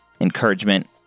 encouragement